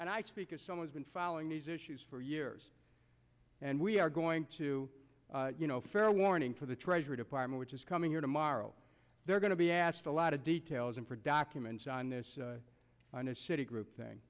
and i speak as some we've been following these issues for years and we are going to you know fair warning for the treasury department which is coming here tomorrow they're going to be asked a lot of details and for documents on this on a citi group thing